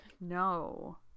No